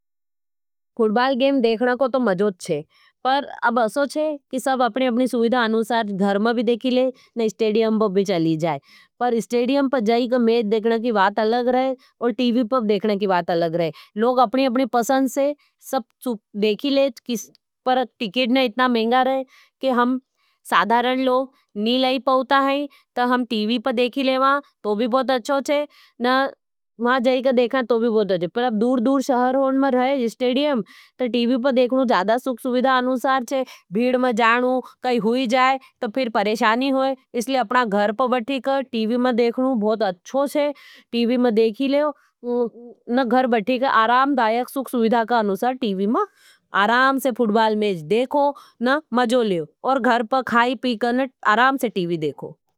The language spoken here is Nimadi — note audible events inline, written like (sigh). Football game देखना को तो मज़ोच छे। पर अब असोच है कि सब अपनी अपनी सुविधा अनूसार घर में भी देखी ले और स्टेडियम पर भी चली जाए। पर स्टेडियम पर जाएगा मेज देखना की वात अलग रहे लोग अपनी अपनी पसंद से सब देखी (hesitation) लेज पर टिकेड ने इतना मेंगा रहे कि हम साधारन लोग नहीं लाई पवता। तो हम टीवी पर देखी लेवा तो भी बहुत अच्छो चे न महां जाएगा देखा तो भी बहुत अच्छो चे पर अब दूर दूर शहर होन में रहे जि स्टेडियम तो टीवी पर देखनू जादा सुख सुभिदा अनुसार चे भीड में जानू काई हुई जाए तो फिर परेशानी होई। इसलिए अपना घर पर (hesitation) बठीक टीवी में देखनू बहुत अच्छो चे टीवी में दे करूँ।